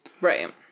Right